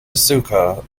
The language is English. asuka